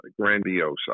grandiose